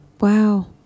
Wow